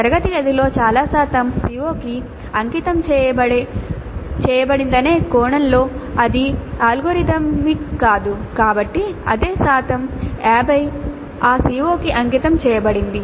తరగతి గదిలో చాలా శాతం CO కి అంకితం చేయబడిందనే కోణంలో ఇది అల్గోరిథమిక్ కాదు కాబట్టి అదే శాతం 50 ఆ CO కి అంకితం చేయబడింది